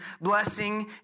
blessing